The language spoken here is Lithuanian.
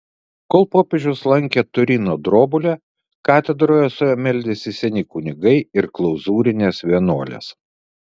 kol popiežius lankė turino drobulę katedroje su juo meldėsi seni kunigai ir klauzūrinės vienuolės